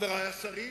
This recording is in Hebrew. חברי השרים?